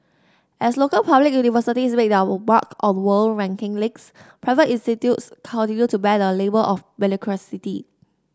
as local public universities make their mark on world ranking leagues private institutes continue to bear the label of mediocrity